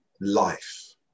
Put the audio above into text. life